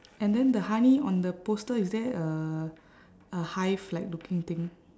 and then the honey on the poster is there a a hive like looking thing